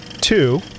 two